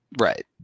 Right